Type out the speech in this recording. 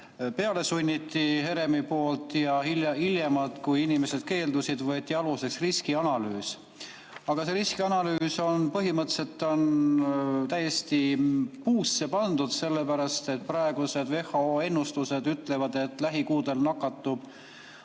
peale sundis ja hiljem, kui inimesed keeldusid, võeti aluseks riskianalüüs. Aga see riskianalüüs on põhimõtteliselt täiesti puusse pandud, sellepärast et praegused WHO ennustused ütlevad, et lähikuudel nakatub